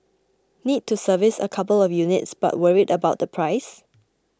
need to service a couple of units but worried about the price